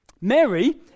Mary